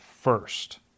first